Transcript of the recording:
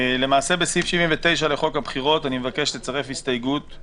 בסעיף 79 לחוק הבחירות, אני מבקש לצרף הסתייגות על